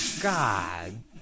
God